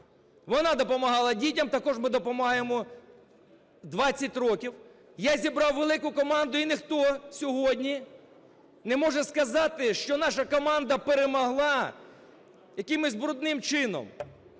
Вона допомагала дітям, також ми допомагаємо 20 років. Я зібрав велику команду, і ніхто сьогодні не може сказати, що наша команда перемогла якимось брудним чином.